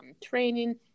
training